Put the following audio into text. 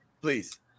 Please